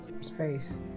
space